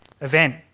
event